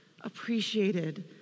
appreciated